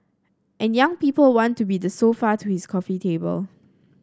and young people want to be the sofa to his coffee table